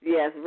Yes